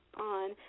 on